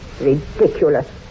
Ridiculous